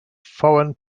foreign